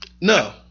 No